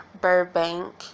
Burbank